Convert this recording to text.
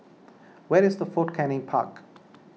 where is Fort Canning Park